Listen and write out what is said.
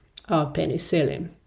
penicillin